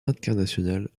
internationale